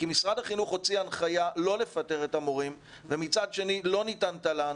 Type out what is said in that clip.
כי משרד החינוך הוציא הנחיה לא לפטר את המורים ומצד שני לא ניתן תל"ן,